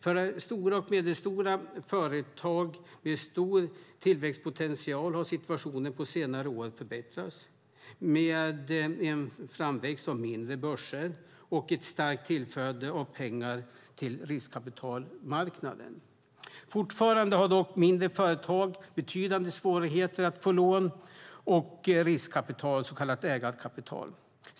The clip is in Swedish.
För stora och medelstora företag med stor tillväxtpotential har situationen på senare år förbättrats, med en framväxt av mindre börser och ett starkt tillflöde av pengar till riskkapitalmarknaden. Fortfarande har dock mindre företag betydande svårigheter att få lån och riskkapital, så kallat ägarkapital.